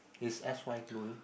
is s_y glowing